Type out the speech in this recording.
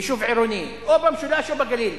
יישוב עירוני, או במשולש או בגליל.